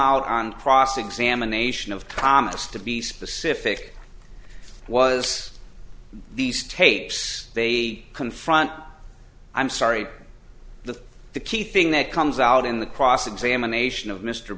out on cross examination of thomas to be specific was these tapes they confront i'm sorry the the key thing that comes out in the cross examination of mr